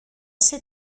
ser